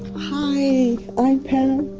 hi. i'm pam,